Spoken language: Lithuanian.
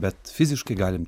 bet fiziškai galim